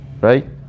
right